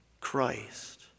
Christ